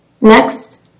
Next